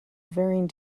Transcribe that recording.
varying